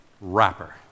rapper